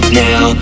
now